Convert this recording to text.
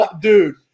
dude